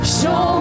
show